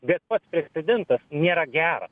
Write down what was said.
bet pats precedentas nėra geras